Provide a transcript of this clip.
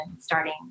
starting